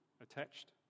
attached